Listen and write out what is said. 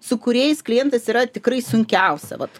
su kuriais klientais yra tikrai sunkiausia vat